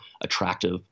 attractive